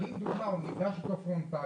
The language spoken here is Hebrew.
אבל אם לדוגמה הוא נפגש פרונטלית,